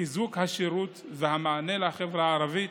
חיזוק השירות והמענה לחברה הערבית